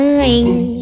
ring